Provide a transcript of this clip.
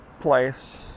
place